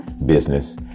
Business